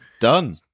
done